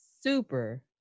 super